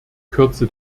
kürze